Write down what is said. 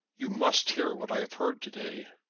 you must hear what i have heard to-day.